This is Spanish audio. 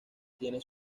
tiene